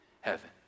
heaven